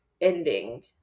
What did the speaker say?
ending